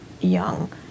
young